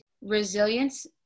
resilience